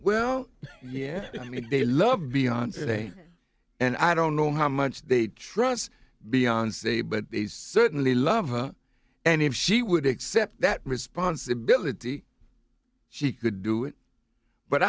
well yeah i mean they love beyond and i don't know how much they trust beyond say but they certainly love her and if she would accept that responsibility she could do it but